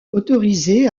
autorisée